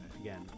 again